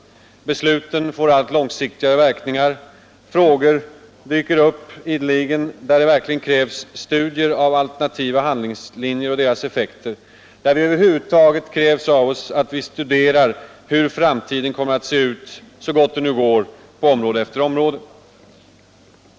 Besluten får allt långsiktigare verkningar. Frågor dyker upp ideligen där det verkligen krävs studier av alternativa handlingslinjer och deras effekter, där det över huvud taget krävs av oss att vi studerar, så gott det nu går, hur framtiden kommer att se ut på område efter område.